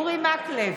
נגד אורי מקלב,